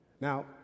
Now